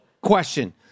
question